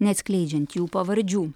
neatskleidžiant jų pavardžių